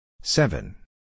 Seven